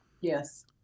Yes